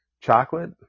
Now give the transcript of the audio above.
chocolate